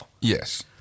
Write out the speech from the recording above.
Yes